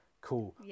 cool